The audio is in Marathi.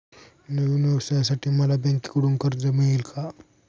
नवीन व्यवसायासाठी मला बँकेकडून कर्ज मिळेल का?